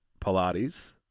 Pilates